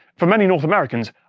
for many north americans,